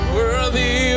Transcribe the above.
worthy